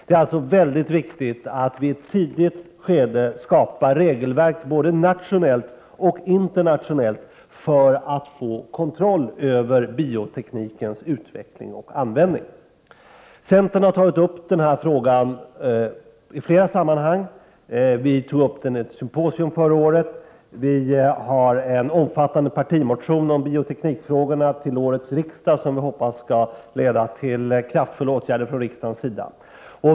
Det är alltså mycket viktigt att vi i ett tidigt skede skapar regelverk både nationellt och internationellt för att få kontroll över bioteknikens utveckling och användning. Vi i centern har tagit upp biotekniken i flera sammanhang, bl.a. vid ett symposium förra året. Vi har i år också skrivit en omfattande partimotion om bioteknikfrågorna, vilken vi hoppas skall leda till kraftfulla åtgärder från riksdagens sida.